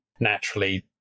naturally